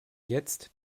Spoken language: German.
jetzt